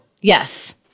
Yes